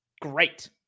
great